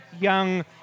young